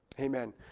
Amen